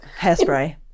Hairspray